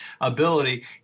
ability